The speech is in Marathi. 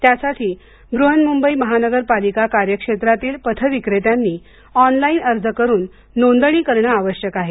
त्यासाठी बृहन्मुंबई महानगरपालिका कार्यक्षेत्रातील पथविक्रेत्यांनी ऑनलाईन अर्ज करून नोंदणी करणं आवश्यक आहे